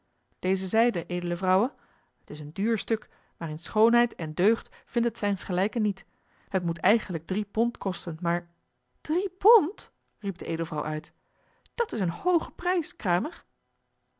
deze zijde edele vrouwe t is een duur stuk maar in schoonheid en deugd vind het zijns gelijke niet het moet eigenlijk drie pond kosten maar drie pond riep de edelvrouw uit dat is een hooge prijs kramer